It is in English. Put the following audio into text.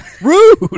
rude